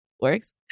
works